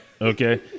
Okay